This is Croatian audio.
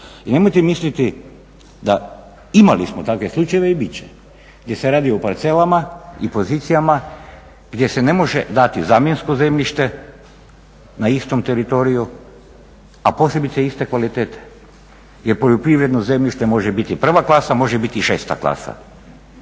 I nemojte misliti da, imali smo takve slučajeve i biti će gdje se radi o parcelama i pozicijama gdje se ne može dati zamjensko zemljište na istom teritoriju a posebice iste kvalitete. Jer poljoprivredno zemljište može biti prva klasa, može biti i šesta klasa.